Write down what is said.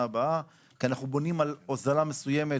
הבאה כי אנחנו בונים על הוזלה מסוימת